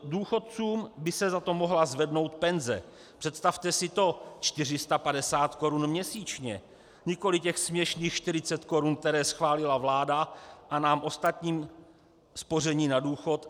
Důchodcům by se za to mohla zvednou penze představte si to, 450 korun měsíčně, nikoli těch směšných 40 korun, které schválila vláda a nám ostatním spoření na důchod.